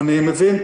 אני מבין.